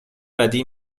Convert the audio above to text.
بدی